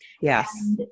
Yes